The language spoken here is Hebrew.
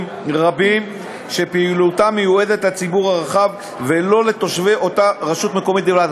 רבים שפעילותם מיועדת לציבור הרחב ולא לתושבי אותה רשות מקומית בלבד,